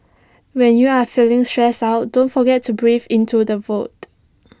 when you are feeling stressed out don't forget to breathe into the void